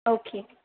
okay